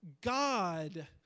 God